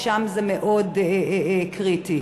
ששם זה מאוד קריטי.